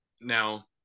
Now